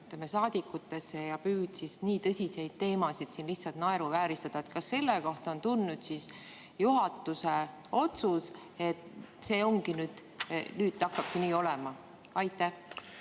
saadikutesse ja püüde nii tõsiseid teemasid siin lihtsalt naeruvääristada? Kas selle kohta on tulnud juhatuse otsus, et see nüüd hakkabki nii olema? Aitäh,